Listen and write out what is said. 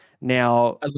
Now